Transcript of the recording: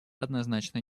однозначно